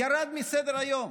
ירד מסדר-היום.